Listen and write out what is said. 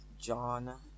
John